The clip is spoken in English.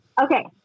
Okay